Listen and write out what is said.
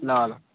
ल ल